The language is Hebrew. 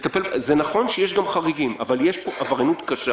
זה נכון שיש גם חריגים אבל יש פה עבריינות קשה